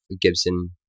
Gibson